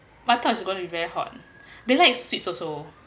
I thought is going to be very hot they likes sweets also